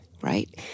right